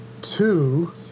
Two